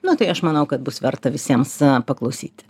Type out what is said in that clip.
na tai aš manau kad bus verta visiems paklausyti